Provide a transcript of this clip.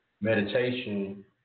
meditation